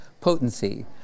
potency